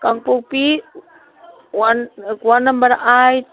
Kangpokpi ward number eight